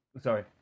Sorry